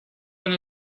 one